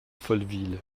folleville